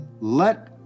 let